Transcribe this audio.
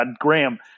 Graham